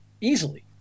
easily